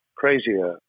crazier